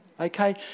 Okay